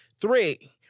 three